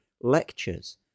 lectures